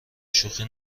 شوخی